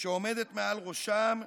שעומדת מעל ראשם,